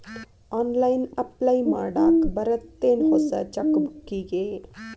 online apply ಮಾಡಾಕ್ ಬರತ್ತೇನ್ ಹೊಸ ಚೆಕ್ ಬುಕ್ಕಿಗಿ